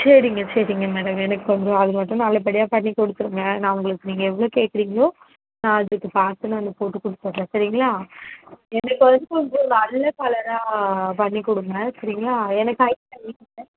சரிங்க சரிங்க மேடம் எனக்கு கொஞ்சம் அது மட்டும் நல்லபடியாக பண்ணிக் கொடுத்துடுங்க நான் உங்களுக்கு நீங்கள் எவ்வளோ கேக்கிறிங்களோ நான் அதுக்கு பார்த்து நான் போட்டு கொடுத்துட்றேன் சரிங்களா எனக்கு வந்து கொஞ்சம் நல்ல கலராக பண்ணிக் கொடுங்க சரிங்களா எனக்கு அதுக்கு தனியாக